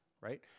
right